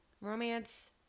romance